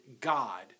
God